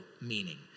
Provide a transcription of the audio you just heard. meaning